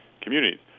communities